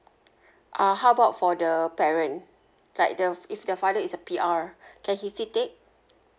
uh how about for the parent like the if the father is a P_R can he still take